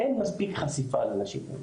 אין מספיק חשיפה לאנשים כאלה,